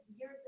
years